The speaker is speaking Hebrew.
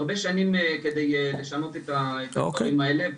כדי לשנות את הדברים האלה.